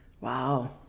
Wow